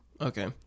Okay